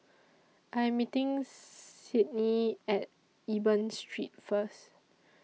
I'm meeting Sydnie At Eben Street First